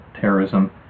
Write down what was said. terrorism